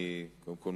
קודם כול,